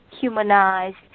humanized